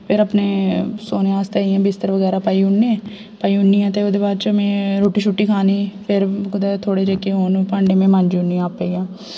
फिर अपने सोने आस्तै इ'यां बिस्तर बगैरा पाई ओड़नी पाई ओड़नी आं ते ओह्दे बाद च में रुट्टी छुट्टी खानी फिर कुदै थोह्ड़े जेह्के होन भांडे में मांजी ओड़नी आं आपै गै